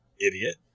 Idiot